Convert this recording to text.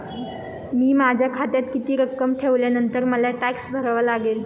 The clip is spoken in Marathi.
मी माझ्या खात्यात किती रक्कम ठेवल्यावर मला टॅक्स भरावा लागेल?